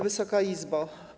Wysoka Izbo!